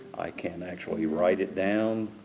i can actually write it down,